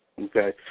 Okay